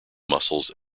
muscles